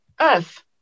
earth